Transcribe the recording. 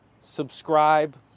subscribe